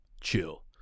Chill